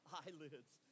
eyelids